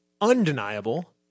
undeniable